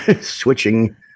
switching